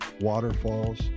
waterfalls